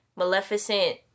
Maleficent